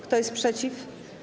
Kto jest przeciw?